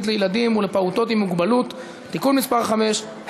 לילדים ולפעוטות עם מוגבלות (תיקון מס' 5),